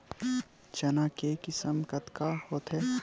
चना के किसम कतका होथे?